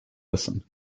listen